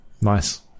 nice